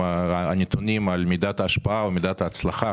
הנתונים על מידת ההשפעה או מידת ההצלחה